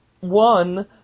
one